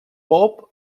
pop